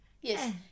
Yes